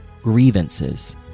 grievances